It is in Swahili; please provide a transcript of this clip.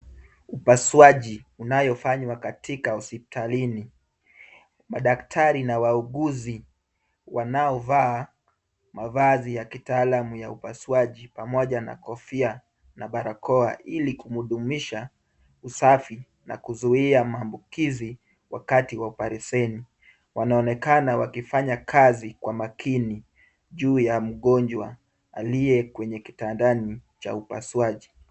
Upasuaji unayofanywa katika hospitalini, Madaktari na wauguzi wanaovaa mavazi ya kitaalam ya upasuaji pamoja na kofia na barakoa, ili kumhudumisha usafi na kuzuia maambukizi, wakati wa oparesheni. Wanaonekana wakifanya kazi kwa makini. Juu ya mgonjwa aliye kwenye kitandani cha upasuaji.